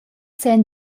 senn